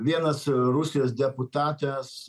vienas rusijos deputatas